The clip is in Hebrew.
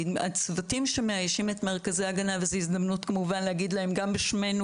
שהצוותים שמאיישים את מרכזי ההגנה וזו הזדמנות כמובן להגיד להם גם בשמנו